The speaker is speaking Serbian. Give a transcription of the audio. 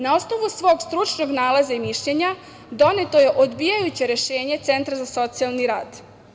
Na osnovu svog stručnog nalaza i mišljenja doneto je odbijajuće rešenje centra za socijalni rad.